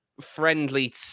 friendly